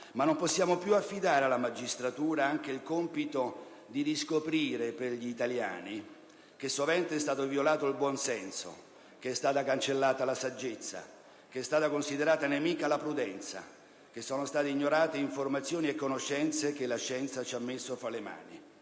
ma non possiamo più affidare alla magistratura anche il compito di riscoprire per gli italiani che sovente è stato violato il buonsenso, che è stata cancellata la saggezza, che è stata considerata nemica la prudenza, che sono state ignorate informazioni e conoscenze che la scienza ci ha messo fra le mani.